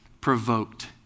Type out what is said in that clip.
provoked